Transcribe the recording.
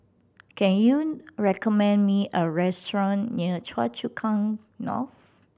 can you recommend me a restaurant near Choa Chu Kang North